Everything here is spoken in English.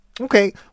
Okay